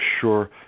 sure